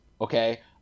okay